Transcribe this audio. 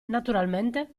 naturalmente